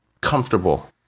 comfortable